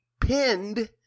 pinned